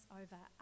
over